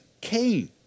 Cain